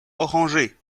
orangée